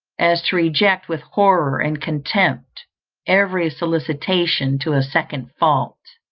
as to reject with horror and contempt every solicitation to a second fault.